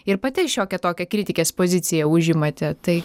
ir pati šiokią tokią kritikės poziciją užimate tai